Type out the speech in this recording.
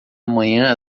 amanhã